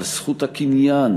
על זכות הקניין,